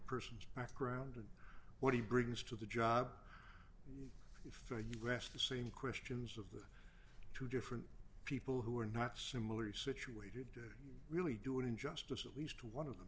person's background and what he brings to the job for us the same questions of the two different people who are not similar situation really do an injustice at least one of the